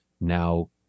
now